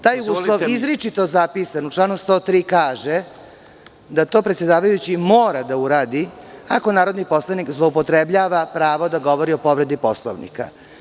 Taj uslov je izričito zapisan u članu 103. i kaže da to predsedavajući mora da uradi ako narodni poslanik zloupotrebljava pravo da govori o povredi Poslovnika.